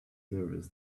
nervous